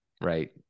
right